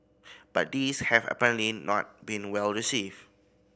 but these have apparently not been well received